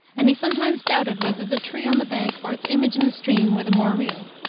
and he sometimes doubted whether the tree on the bank or its image in the stream were the more real.